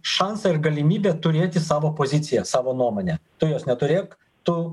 šansą ir galimybę turėti savo poziciją savo nuomonę tu jos neturėk tu